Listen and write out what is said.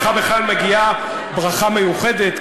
לך בכלל מגיעה ברכה מיוחדת,